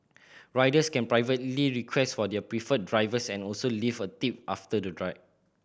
riders can privately request for their preferred drivers and also leave a tip after the